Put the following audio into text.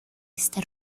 esta